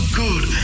good